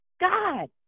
God